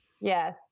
yes